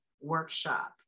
workshop